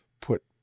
put